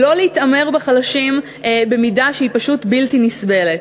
לא להתעמר בחלשים במידה שהיא פשוט בלתי נסבלת.